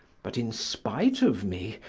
but in spite of me,